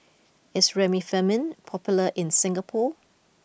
is Remifemin popular in Singapore